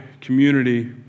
community